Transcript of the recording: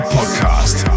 Podcast